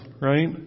Right